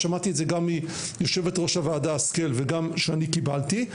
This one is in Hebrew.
שמעתי את זה גם מיושבת-ראש הוועדה השכל וגם שאני קיבלתי,